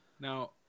Now